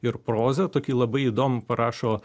ir prozą tokį labai įdomų parašo